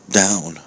down